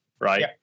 right